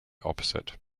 opposite